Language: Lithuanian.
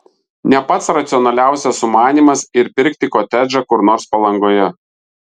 ne pats racionaliausias sumanymas ir pirkti kotedžą kur nors palangoje